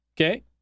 Okay